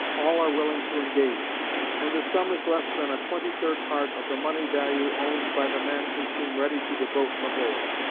all are willing to engage and the sum is less than a twenty-third part of the money value owned by the men who seem ready to devote the whole.